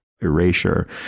erasure